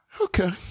Okay